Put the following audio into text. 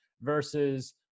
versus